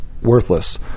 worthless